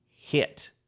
hit